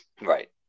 Right